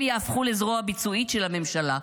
הם יהפכו לזרוע ביצועית של הממשלה,